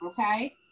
Okay